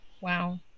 Wow